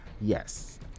Yes